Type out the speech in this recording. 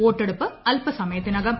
വോട്ടെടുപ്പ് അൽപ സമയത്തിനകം